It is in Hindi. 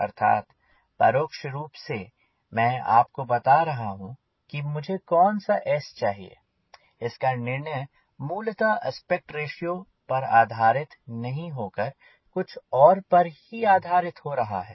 अर्थात परोक्ष रूप से मैं आपको बता रहा हूँ कि मुझे कौन सा S चाहिए इसका निर्णय मूलतः आस्पेक्ट रेश्यो पर आधारित नहीं होकर कुछ और पर ही आधारित हो रहा है